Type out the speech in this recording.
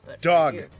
Dog